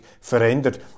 verändert